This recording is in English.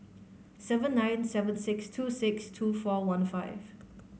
seven nine seven six two six two four one five